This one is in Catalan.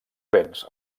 béns